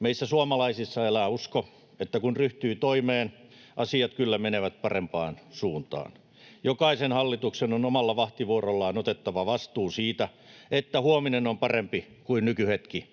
Meissä suomalaisissa elää usko, että kun ryhtyy toimeen, asiat kyllä menevät parempaan suuntaan. Jokaisen hallituksen on omalla vahtivuorollaan otettava vastuu siitä, että huominen on parempi kuin nykyhetki.